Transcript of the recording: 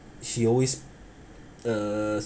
she always uh